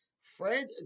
Fred